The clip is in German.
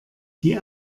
die